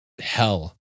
Hell